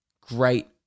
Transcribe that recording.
Great